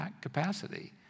capacity